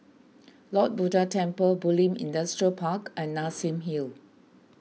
Lord Buddha Temple Bulim Industrial Park and Nassim Hill